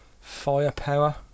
Firepower